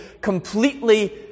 completely